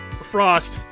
Frost